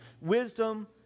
wisdom